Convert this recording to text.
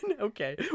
okay